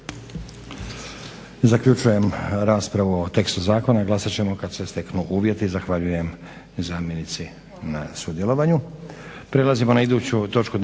Zaključujem raspravu. O tekstu zakona glasat ćemo kad se steknu uvjeti. Zahvaljujem zamjenici na sudjelovanju.